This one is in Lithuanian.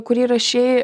kurį rašei